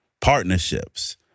Partnerships